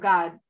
God